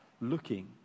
looking